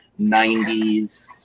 90s